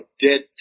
dead